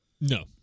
No